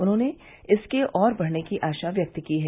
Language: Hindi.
उन्होंने इसके और बढ़ने की आशा व्यक्त की है